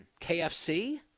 kfc